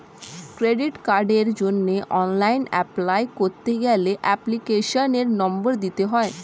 credit কার্ডের জন্য online apply করতে গেলে এপ্লিকেশনের নম্বর দিতে হয়